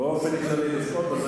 באופן כללי, לבכות.